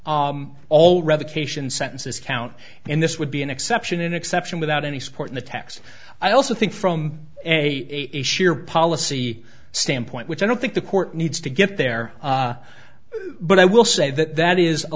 four all revocation sentences count in this would be an exception an exception without any support in the text i also think from a sheer policy standpoint which i don't think the court needs to get there but i will say that that is a